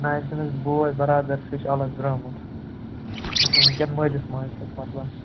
نہَ یُس أمِس بوے بَرادر چھُ سُہ چھُ الگ دَرٛامُت یہِ چھُ وُنکٮ۪ن مٲلِس ماجہِ سۭتۍ مطلب